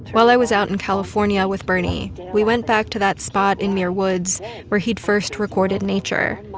while i was out in california with bernie, we went back to that spot in muir woods where he'd first recorded nature,